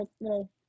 little